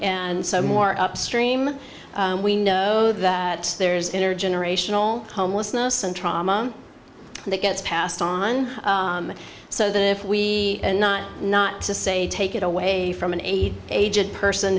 and so more upstream we know that there's intergenerational homelessness and trauma that gets passed on so that if we are not not to say take it away from an aged person